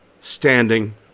standing